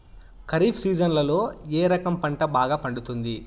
ఖరీఫ్ సీజన్లలో ఏ రకం పంట బాగా పండుతుంది